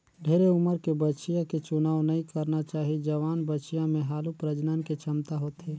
ढेरे उमर के बछिया के चुनाव नइ करना चाही, जवान बछिया में हालु प्रजनन के छमता होथे